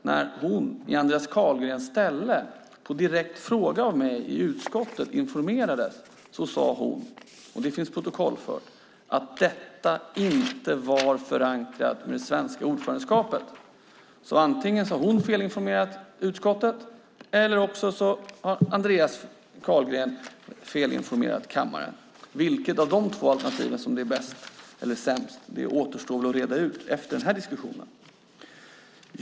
När hon i Andreas Carlgrens ställe informerade och svarade på en direkt fråga av mig i utskottet sade hon - och det finns protokollfört - att detta inte var förankrat hos det svenska ordförandeskapet. Antingen har hon felinformerat utskottet eller så har Andreas Carlgren felinformerat kammaren. Vilket av de två alternativen som är bäst eller sämst återstår väl att reda ut efter den här diskussionen.